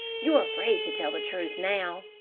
you're afraid to tell the truth now.